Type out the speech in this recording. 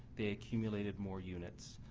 they accumulated more units.